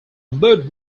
mood